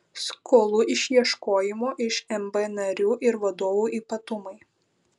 skolų išieškojimo iš mb narių ir vadovų ypatumai